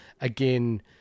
again